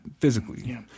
physically